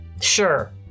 Sure